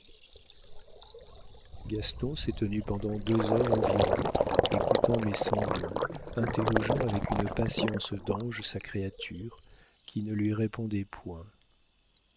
gaston s'est tenu pendant deux heures environ écoutant mes sanglots interrogeant avec une patience d'ange sa créature qui ne lui répondait point